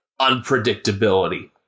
unpredictability